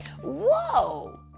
Whoa